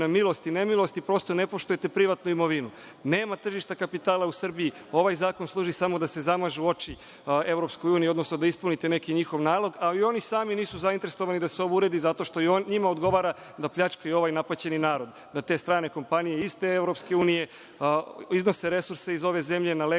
na milost i ne milost i prosto ne poštujete privatnu imovinu. Nema tržišta kapitala u Srbiji. Ovaj zakon služi samo da se zamažu oči EU, odnosno da ispunite neki njihov nalog, ali i oni sami nisu zainteresovani da se ovo uradi, zato što i njima odgovara da pljačkaju ovaj napaćeni narod, da te strane kompanije iz te EU iznose resurse iz ove zemlje na legalan i